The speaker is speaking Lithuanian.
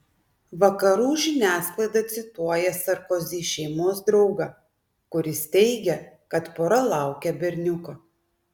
vakarų žiniasklaida cituoja sarkozy šeimos draugą kuris teigia kad pora laukia berniuko